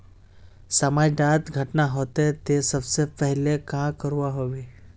समाज डात घटना होते ते सबसे पहले का करवा होबे?